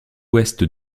ouest